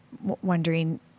wondering